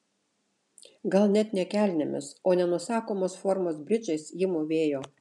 gal net ne kelnėmis o nenusakomos formos bridžais ji mūvėjo